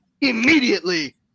immediately